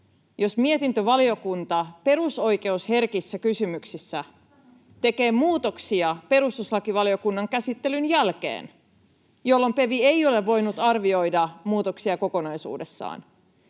jos mietintövaliokunta perusoikeusherkissä kysymyksissä tekee muutoksia perustuslakivaliokunnan käsittelyn jälkeen, [Karoliina Partanen: Sanasta sanaan!] jolloin PeV ei ole voinut arvioida muutoksia kokonaisuudessaan.